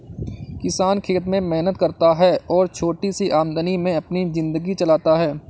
किसान खेत में मेहनत करता है और छोटी सी आमदनी में अपनी जिंदगी चलाता है